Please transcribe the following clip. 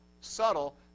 Subtle